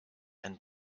and